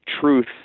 truth